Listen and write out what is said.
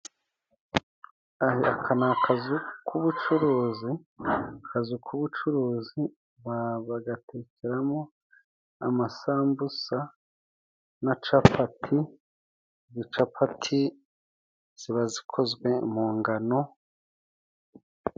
Akana n'akazu k'ubucuruzi kazu kubucuruzi, bagatekeramo amasambusa na capati, icapati ziba zikozwe mu ngano.